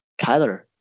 Kyler